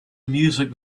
music